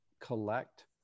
collect